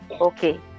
okay